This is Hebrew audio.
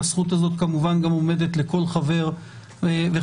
הזכות הזאת כמובן גם עומדת לכל חבר וחברה